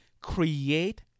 Create